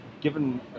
given